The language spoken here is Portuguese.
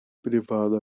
privado